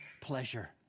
pleasure